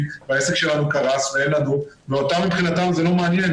והעסק שלנו קרס ואין לנו' ואותם מבחינתם זה לא מעניין,